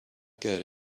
get